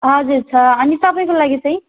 हजुर छ अनि तपाईँको लागि चाहिँ